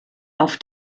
auf